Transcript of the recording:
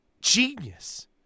genius